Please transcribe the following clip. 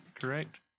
correct